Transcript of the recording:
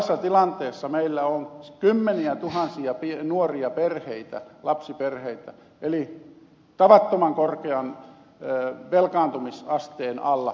tällaisessa tilanteessa meillä on kymmeniätuhansia nuoria perheitä lapsiperheitä tavattoman korkean velkaantumisasteen alla